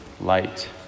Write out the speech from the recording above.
light